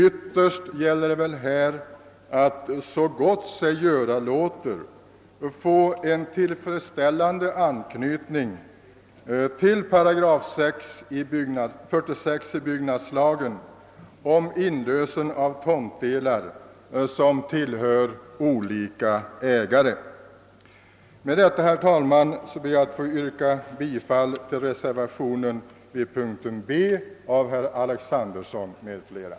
Ytterst gäller det väl här att så gott sig göra låter få en tillfredsställande anknytning till 46 8 byggnadslagen om inlösen av tomtdelar, som tillhör olika ägare. Med detta ber jag, herr talman, att få yrka bifall till reservation II vid punkten B av herr Alexanderson m.fl.